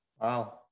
Wow